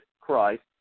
Christ